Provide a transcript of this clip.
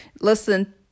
listen